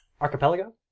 archipelago